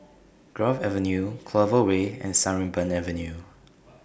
Grove Avenue Clover Way and Sarimbun Avenue